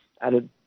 added